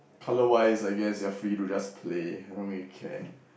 colour wise I guess you are free to just play I don't really care